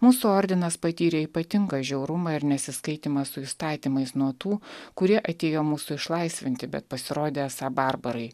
mūsų ordinas patyrė ypatingą žiaurumą ir nesiskaitymą su įstatymais nuo tų kurie atėjo mūsų išlaisvinti bet pasirodė esą barbarai